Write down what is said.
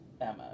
Emma